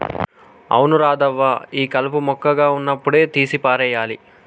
అవును రాధవ్వ ఈ కలుపు మొక్కగా ఉన్నప్పుడే తీసి పారేయాలి